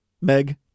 Meg